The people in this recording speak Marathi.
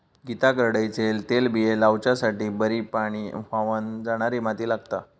गीता करडईचे तेलबिये लावच्यासाठी बरी पाणी व्हावन जाणारी माती लागता